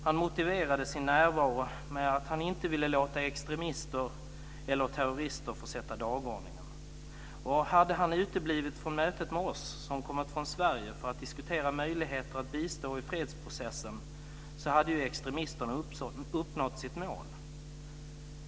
Han motiverade sin närvaro med att han inte ville låta extremister eller terrorister få bestämma dagordningen. Om han hade uteblivit från mötet med oss som hade kommit från Sverige för att diskutera möjligheter att bistå i fredsprocessen hade ju extremisterna uppnått sitt mål.